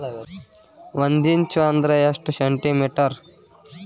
ಒಂದಿಂಚು ಅಂದ್ರ ಎಷ್ಟು ಸೆಂಟಿಮೇಟರ್?